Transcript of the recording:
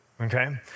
okay